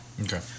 Okay